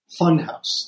Funhouse